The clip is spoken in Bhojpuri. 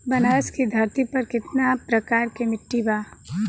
बनारस की धरती पर कितना प्रकार के मिट्टी बा?